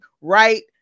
right